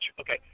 Okay